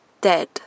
dead